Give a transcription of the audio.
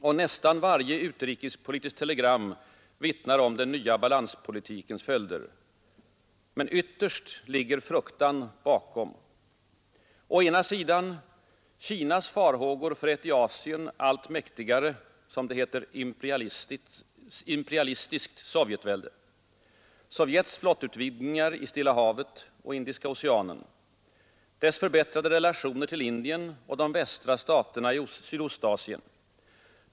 Och nästan varje utrikespolitiskt telegram vittnar om den nya balanspolitikens följder. Men ytterst ligger fruktan bakom: Å ena sidan Kinas farhågor för ett i Asien allt mäktigare, som det heter, imperialistiskt Sovjetvälde. Sovjets flottutvidgningar i Stilla havet och Indiska oceanen. Dess förbättrade relationer till Indien och de västra staterna i Sydostasien.